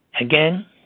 Again